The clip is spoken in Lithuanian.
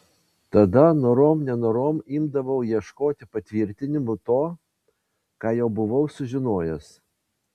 tada norom nenorom imdavau ieškoti patvirtinimų to ką jau buvau sužinojęs